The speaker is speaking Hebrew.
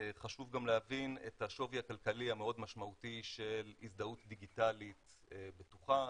חשוב גם להבין את השווי הכלכלי המאוד משמעותי של הזדהות דיגיטלית בטוחה,